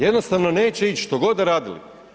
Jednostavno neće ići što god da radili.